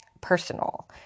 personal